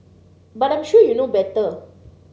but I'm sure you know better